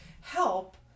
help